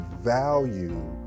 value